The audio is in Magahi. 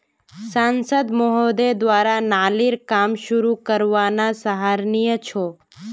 सांसद महोदय द्वारा नालीर काम शुरू करवाना सराहनीय छ